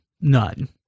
None